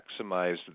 maximize